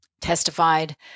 testified